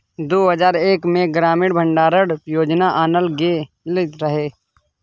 दु हजार एक मे ग्रामीण भंडारण योजना आनल गेल रहय